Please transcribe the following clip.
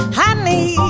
honey